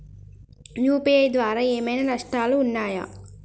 UPI ద్వారా ఏమైనా నష్టాలు ఉన్నయా?